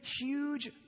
huge